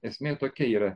esmė tokia yra